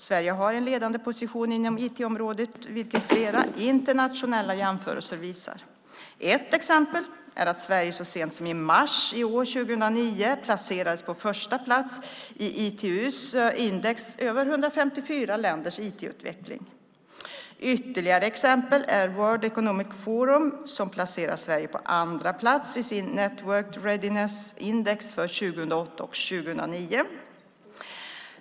Sverige har en ledande position inom IT-området, vilket flera internationella jämförelser visar. Ett exempel är att Sverige så sent som i mars 2009 placerades på första plats i ITU:s index över 154 länders IT-utveckling. Ytterligare exempel är World Economic Forum som placerar Sverige på andra plats i sin Networked readiness index för 2008-2009.